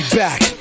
back